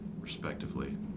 respectively